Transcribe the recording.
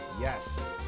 Yes